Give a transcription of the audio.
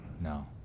No